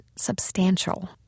substantial